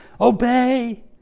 obey